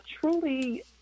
truly